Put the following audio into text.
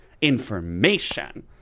information